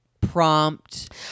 prompt